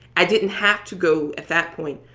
i didn't have to go, at that point,